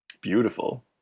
beautiful